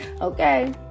Okay